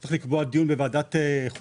צריך לקבוע דיון בוועדת חוקה.